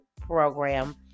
program